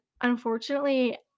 unfortunately